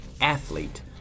athlete